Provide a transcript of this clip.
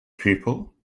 people